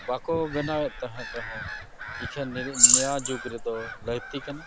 ᱵᱟᱠᱚ ᱵᱮᱱᱟᱣᱮᱫ ᱛᱟᱦᱮᱱ ᱨᱮᱦᱚᱸ ᱮᱠᱷᱟᱱ ᱱᱚᱣᱟ ᱡᱩᱜᱽ ᱨᱮᱫᱚ ᱞᱟᱹᱠᱛᱤ ᱠᱟᱱᱟ